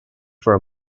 for